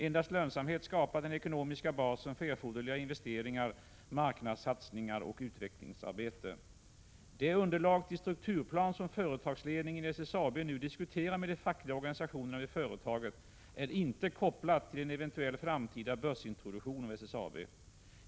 Endast lönsamhet skapar den ekonomiska basen för erforderliga investeringar, marknadssatsningar och utvecklingsarbete. Det underlag till strukturplan som företagsledningen i SSAB nu diskuterar med de fackliga organisationerna vid företaget är inte kopplat till en eventuell framtida börsintroduktion av SSAB.